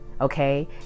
Okay